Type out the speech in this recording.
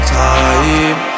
time